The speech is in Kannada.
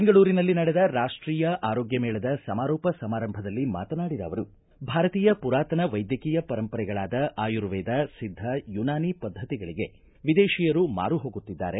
ಬೆಂಗಳೂರಿನಲ್ಲಿ ನಡೆದ ರಾಷ್ಟೀಯ ಆರೋಗ್ಯ ಮೇಳದ ಸಮಾರೋಪ ಸಮಾರಂಭದಲ್ಲಿ ಮಾತನಾಡಿದ ಅವರು ಭಾರತೀಯ ಪುರಾತನ ವೈದ್ಯಕೀಯ ಪರಂಪರೆಗಳಾದ ಆಯುರ್ವೇದ ಸಿದ್ದ ಯೂನಾನಿ ಪದ್ದತಿಗಳಿಗೆ ವಿದೇಶಿಯರು ಮಾರು ಹೋಗುತ್ತಿದ್ದಾರೆ